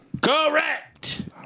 Correct